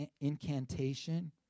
incantation